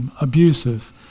abusive